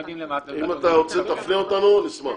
אם אתה רוצה, תפנה אותנו, אנחנו נשמח.